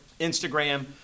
Instagram